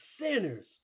sinners